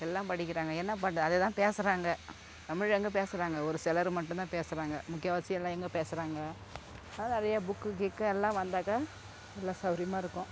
எல்லாம் படிக்கிறாங்க என்ன பண் அதே தான் பேசுகிறாங்க தமிழ் எங்கே பேசுகிறாங்க ஒரு சிலர் மட்டுந்தான் பேசுகிறாங்க முக்கால்வாசி எல்லாம் எங்கே பேசுகிறாங்க எல்லாம் நிறையா புக் கிக்கு எல்லாம் வந்தாக்கா நல்ல சௌகரியமா இருக்கும்